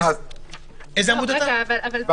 --- אבל זה